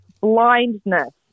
blindness